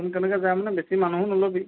সোনকালেকে যাম বেছি মানুহো নলবি